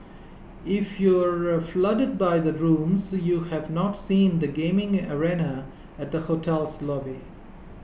if you're floored by the rooms you have not seen the gaming arena at the hotel's lobby